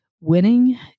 winning